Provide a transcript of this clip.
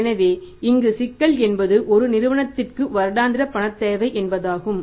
எனவே இங்கு சிக்கல் என்பது ஒரு நிறுவனத்திற்கு வருடாந்திர பணத் தேவை என்பதாகும்